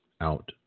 out